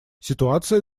ситуация